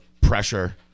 pressure